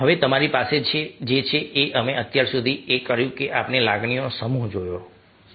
હવે તમારી પાસે જે છે અમે અત્યાર સુધી એ કર્યું છે કે અમે લાગણીઓનો સમૂહ જોયો છે